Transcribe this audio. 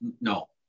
No